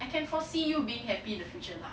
I can foresee you being happy in the future lah